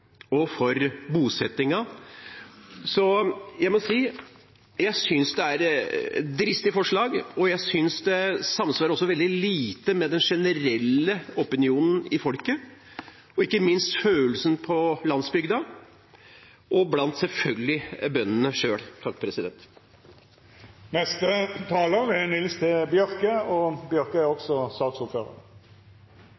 og for bosettingen. Jeg må si jeg synes det er et dristig forslag, og jeg synes det samsvarer veldig lite med den generelle opinionen i folket og ikke minst med følelsen på landsbygda og selvfølgelig blant bøndene selv. Det er fullt lov å ha ulikt syn på odelslova, men når argumentasjonen vert som han er